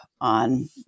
on